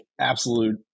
absolute